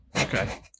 Okay